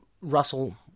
russell